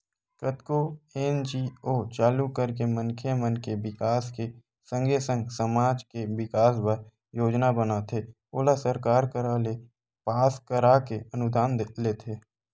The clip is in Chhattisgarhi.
कतको एन.जी.ओ चालू करके मनखे मन के बिकास के संगे संग समाज के बिकास बर योजना बनाथे ओला सरकार करा ले पास कराके अनुदान लेथे